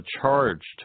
charged